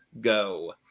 go